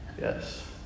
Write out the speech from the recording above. yes